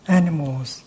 animals